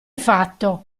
fatto